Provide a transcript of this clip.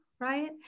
right